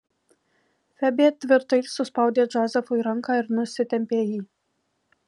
febė tvirtai suspaudė džozefui ranką ir nusitempė jį